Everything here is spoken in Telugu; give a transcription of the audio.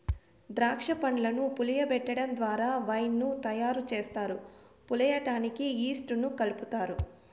దాక్ష పండ్లను పులియబెటడం ద్వారా వైన్ ను తయారు చేస్తారు, పులియడానికి ఈస్ట్ ను కలుపుతారు